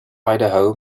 idaho